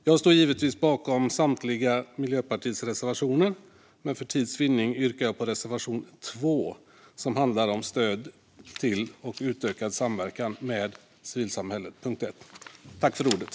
Jag står givetvis bakom samtliga Miljöpartiets reservationer, men för tids vinning yrkar jag bifall endast till reservation 2, som handlar om stöd till och utökad samverkan med civilsamhället, under punkt 1.